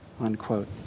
unquote